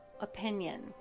opinion